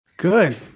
Good